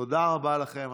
תודה רבה לכם.